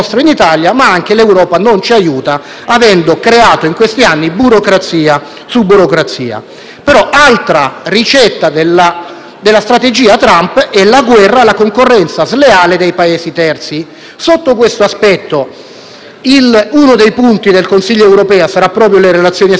Altra ricetta della strategia Trump è la guerra alla concorrenza sleale dei Paesi terzi. Sotto questo aspetto, uno dei punti del Consiglio europeo sarà proprio quello delle relazioni esterne con la Cina. Sarà l'occasione per porre il problema del *dumping*